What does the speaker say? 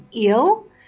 ill